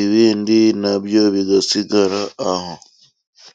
ibindi nabyo bigasigara aho.